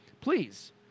please